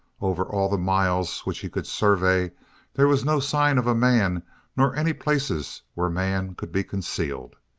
over all the miles which he could survey there was no sign of a man nor any places where man could be concealed.